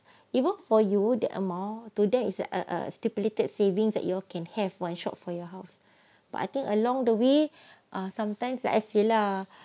even for you the amount to them is a a stipulated savings that you can have one shot for your house but I think along the way err sometimes rilek jer lah